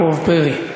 וקאסר אל-יהוד,